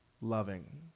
loving